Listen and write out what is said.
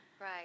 Right